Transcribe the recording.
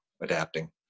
adapting